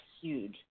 huge